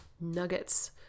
nuggets